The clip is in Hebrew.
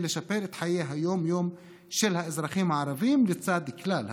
לשפר את חיי היום-יום של האזרחים הערבים לצד כלל האזרחים,